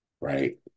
Right